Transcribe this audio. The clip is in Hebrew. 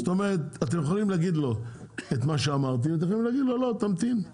זאת אומרת אתם יכולים להגיד לו את מה שאמרתי יכולים להגיד לו לא תמתין,